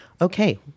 okay